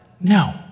No